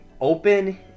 open